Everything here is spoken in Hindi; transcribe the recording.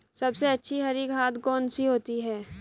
सबसे अच्छी हरी खाद कौन सी होती है?